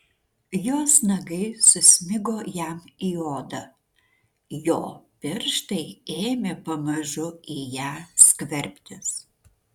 jos nagai susmigo jam į odą jo pirštai ėmė pamažu į ją skverbtis